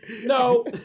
No